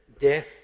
death